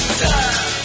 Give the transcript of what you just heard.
time